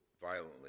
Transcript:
violently